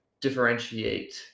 differentiate